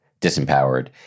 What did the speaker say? disempowered